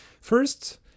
First